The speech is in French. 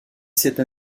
cette